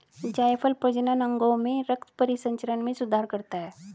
जायफल प्रजनन अंगों में रक्त परिसंचरण में सुधार करता है